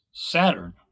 saturn